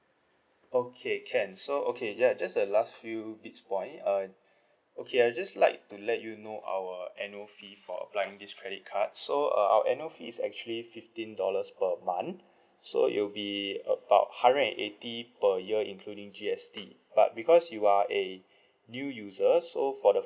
okay can so okay yeah just the last few bits point uh okay I just like to let you know our annual fee for applying this credit card so uh our annual fee is actually fifteen dollars per month so it'll be about hundred and eighty per year including G_S_T but because you are a new user so for the